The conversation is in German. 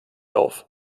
auf